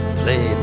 play